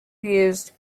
used